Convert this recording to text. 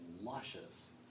luscious